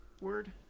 word